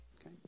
Okay